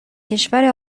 کشور